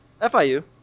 FIU